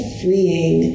freeing